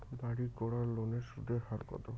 বাড়ির করার লোনের সুদের হার কত?